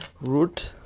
root.